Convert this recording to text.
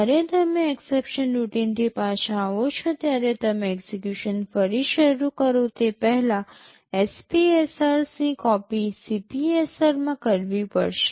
જ્યારે તમે એક્સેપ્શન રૂટિનથી પાછા આવો છો ત્યારે તમે એક્ઝેક્યુશન ફરી શરૂ કરો તે પહેલાં SPSRs ની કોપિ CPSR માં કરવી પડશે